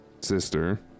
Sister